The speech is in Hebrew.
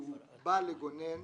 הוא בא לגונן